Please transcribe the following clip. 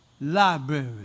library